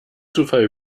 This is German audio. zufall